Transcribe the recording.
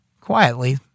quietly